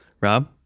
rob